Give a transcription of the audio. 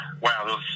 wow